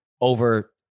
over